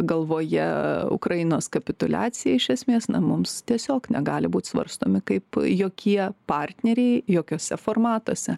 galvoje ukrainos kapituliaciją iš esmės na mums tiesiog negali būt svarstomi kaip jokie partneriai jokiuose formatuose